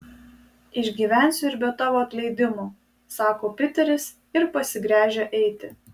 išgyvensiu ir be tavo atleidimo sako piteris ir pasigręžia eiti